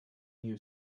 new